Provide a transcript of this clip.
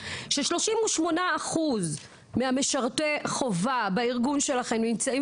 וש-38% ממשרתי החובה בארגון שלכם נמצאים